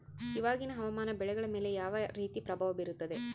ಇವಾಗಿನ ಹವಾಮಾನ ಬೆಳೆಗಳ ಮೇಲೆ ಯಾವ ರೇತಿ ಪ್ರಭಾವ ಬೇರುತ್ತದೆ?